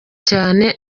cyane